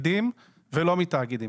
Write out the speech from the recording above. מתאגידים ולא מתאגידים.